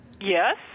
Yes